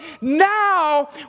now